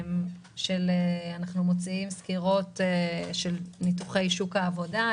אנחנו מוציאים סקירות של ניתוחי שוק העבודה,